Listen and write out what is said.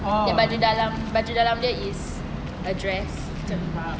yang baju dalam baju dalam dia is a dress